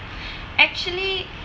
actually